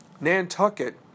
Nantucket